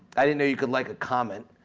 i didn't know you could like a comment,